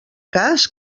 cas